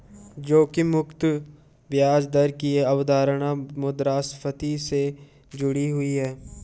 जोखिम मुक्त ब्याज दर की अवधारणा मुद्रास्फति से जुड़ी हुई है